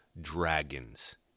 dragons